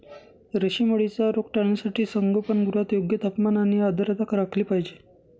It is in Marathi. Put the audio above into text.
रेशीम अळीचा रोग टाळण्यासाठी संगोपनगृहात योग्य तापमान आणि आर्द्रता राखली पाहिजे